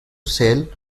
sell